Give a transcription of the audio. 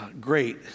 great